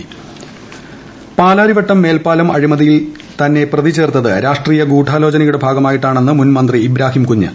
പാലാരിവട്ടം മേൽപ്പാലം പാലാരിവട്ടം മേൽപ്പാലം അഴിമതിയിൽ തന്നെ പ്രതിചേർത്തത് രാഷ്ട്രീയ ഗൂഢാലോചനയുടെ ഭാഗമായിട്ടാണെന്ന് മുൻ മന്ത്രി ഇബ്രാഹിംകുഞ്ഞ്